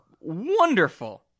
wonderful